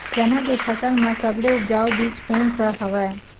चना के फसल म सबले उपजाऊ बीज कोन स हवय?